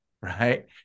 right